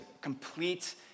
complete